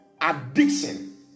addiction